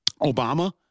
Obama